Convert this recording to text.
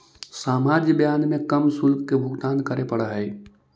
सामान्य ब्याज में कम शुल्क के भुगतान करे पड़ऽ हई